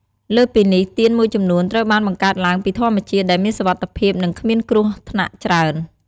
លើសពីនេះ ទៀនមួយចំនួនត្រូវបានបង្កើតឡើងពីធម្មជាតិ ដែលមានសុវត្ថិភាព និងគ្មានគ្រោះថ្នាក់ច្រើន។